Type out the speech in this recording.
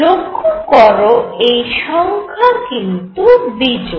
লক্ষ্য করো এই সংখ্যা কিন্তু বিজোড়